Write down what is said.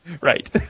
Right